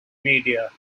media